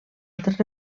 altres